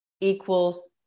equals